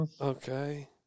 Okay